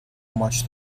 much